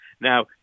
Now